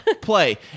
play